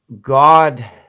God